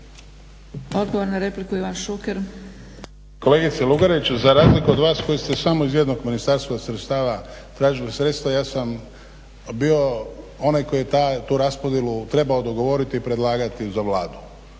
Odgovor na repliku Ivan Šuker. **Šuker, Ivan (HDZ)** Kolegice Lugarić za razliku od vas koji ste samo iz jednog ministarstva sredstava, tražili sredstva ja sam bio onaj koji je tu raspodjelu trebao dogovoriti i predlagati za Vladu.